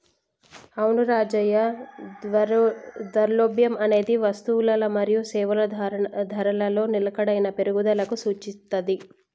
అవును రాజయ్య ద్రవ్యోల్బణం అనేది వస్తువులల మరియు సేవల ధరలలో నిలకడైన పెరుగుదలకు సూచిత్తది